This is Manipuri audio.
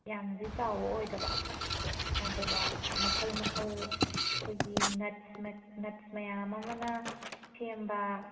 ꯌꯥꯝꯅꯗꯤ ꯆꯥꯎꯕ ꯑꯣꯏꯗꯕ ꯑꯗꯨꯒ ꯃꯈꯜ ꯃꯈꯜ ꯑꯩꯈꯣꯏꯒꯤ ꯅꯠꯁ ꯃꯌꯥꯝ ꯑꯃꯅ ꯁꯦꯝꯕ